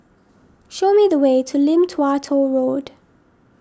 show me the way to Lim Tua Tow Road